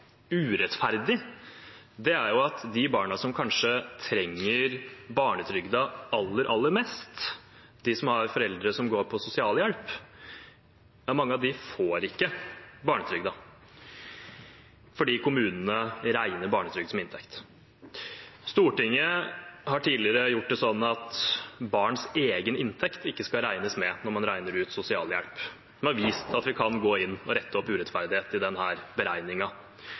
urettferdig, er at mange av de barna som kanskje trenger barnetrygden aller, aller mest, de som har foreldre som går på sosialhjelp, får ikke barnetrygden, fordi kommunene regner barnetrygd som inntekt. Stortinget har tidligere gjort det slik at barns egen inntekt ikke skal regnes med når man regner ut sosialhjelp, men har vist at vi kan gå inn og rette opp urettferdighet i